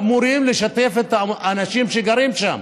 אמורים לשתף את האנשים שגרים שם.